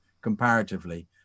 comparatively